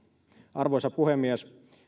arvoisa puhemies